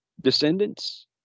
descendants